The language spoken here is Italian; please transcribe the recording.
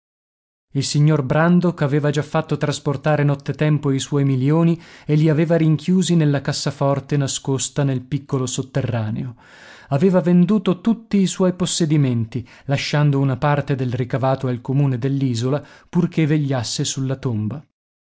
il signor brandok aveva già fatto trasportare nottetempo i suoi milioni e li aveva rinchiusi nella cassaforte nascosta nel piccolo sotterraneo aveva venduto tutti i suoi possedimenti lasciando una parte del ricavato al comune dell'isola purché vegliasse sulla tomba